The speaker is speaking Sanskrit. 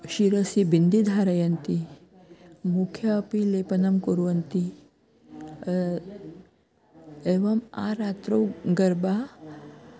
शिरसि बिन्दुं धारयन्ति मुखे अपि लेपनं कुर्वन्ति एवम् आरात्रौ गर्बा